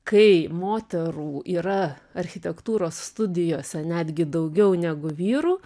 kai moterų yra architektūros studijose netgi daugiau negu vyrų